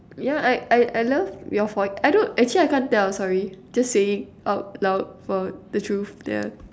yeah I I I love your I don't actually I can't tell sorry just saying out loud for the truth ya